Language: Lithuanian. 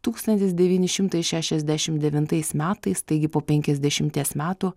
tūkstantis devyni šimtai šešiasdešimt devintais metais taigi po penkiasdešimties metų